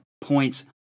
points